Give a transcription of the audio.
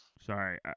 Sorry